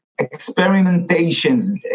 experimentations